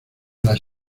las